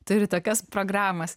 turi tokias programas